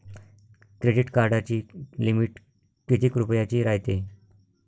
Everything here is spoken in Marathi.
क्रेडिट कार्डाची लिमिट कितीक रुपयाची रायते?